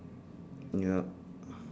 yup